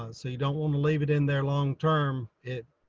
ah so you don't want to leave it in there long term. it